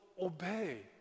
obey